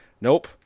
Nope